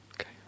Okay